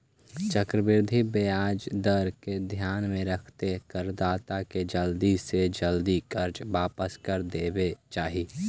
चक्रवृद्धि ब्याज दर के ध्यान में रखके करदाता के जल्दी से जल्दी कर्ज वापस कर देवे के चाही